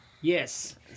yes